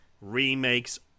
remakes